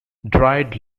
dried